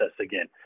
again